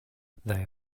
they